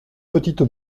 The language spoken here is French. petites